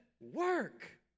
work